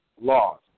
laws